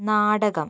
നാടകം